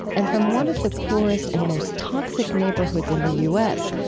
and from one of the poorest and most toxic neighborhoods in the u s,